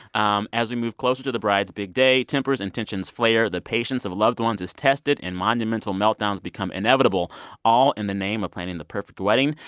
um as we move closer to the bride's big day tempers and tensions flare, the patience of a loved ones is tested and monumental meltdowns become inevitable all in the name of planning the perfect wedding.